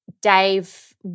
Dave